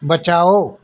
बचाओ